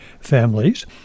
families